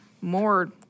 More